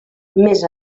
més